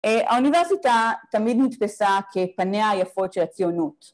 ‫האוניברסיטה תמיד נתפסה ‫כפניה היפות של הציונות.